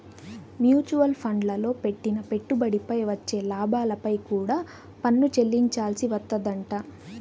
mutual ఫండ్లల్లో పెట్టిన పెట్టుబడిపై వచ్చే లాభాలపై కూడా పన్ను చెల్లించాల్సి వత్తదంట